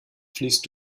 fließt